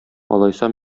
алайса